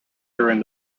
during